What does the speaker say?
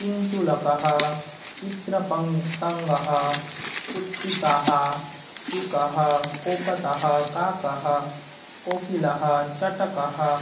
किञ्चुलकः चित्र पङ्क पतङ्गः पुत्तिकाः शुकः कपोतः काकः कोकिलः चटकः